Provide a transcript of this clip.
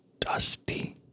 dusty